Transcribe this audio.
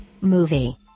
Movie